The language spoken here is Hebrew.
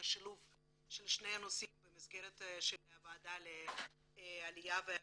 השילוב של שני הנושאים במסגרת הוועדה לעלייה וקליטה.